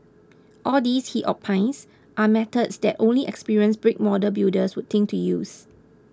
all these he opines are methods that only experienced brick model builders would think to use